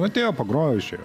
atėjo pagrojo išėjo